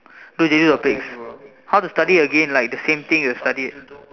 do J-two topics how to study again like the same thing you studied